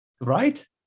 right